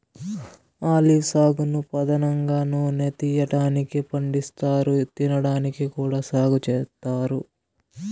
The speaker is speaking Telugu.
ఆలివ్ సాగును పధానంగా నూనె తీయటానికి పండిస్తారు, తినడానికి కూడా సాగు చేత్తారు